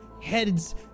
Heads